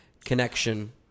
connection